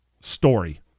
story